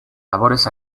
labores